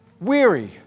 Weary